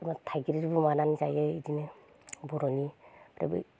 थाइगिरजोंबो माबानानै जायो इदिनो बर'नि ओमफ्राय बै